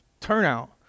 turnout